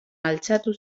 altxatu